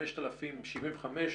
5,075,